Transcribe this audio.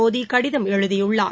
மோடிகடிதம் எழுதியுள்ளார்